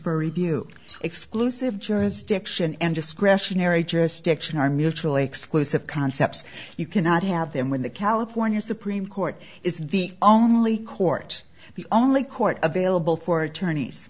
for review exclusive jurisdiction and discretionary jurisdiction are mutually exclusive concepts you cannot have them when the california supreme court is the only court the only court available for attorneys